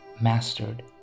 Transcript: mastered